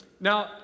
Now